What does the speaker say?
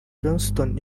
johnston